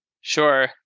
Sure